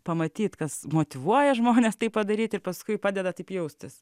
pamatyt kas motyvuoja žmones tai padaryt ir paskui padeda taip jaustis